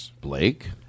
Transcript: Blake